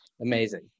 Amazing